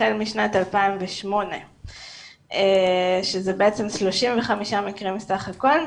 החל משנת 2008. זה בעצם 35 מקרים בסך הכול,